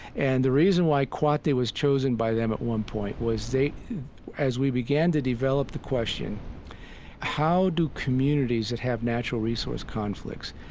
and the reason why kwati was chosen by them at one point was as we began to develop the question how do communities that have natural resource conflicts,